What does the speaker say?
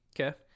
Okay